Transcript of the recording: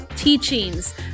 teachings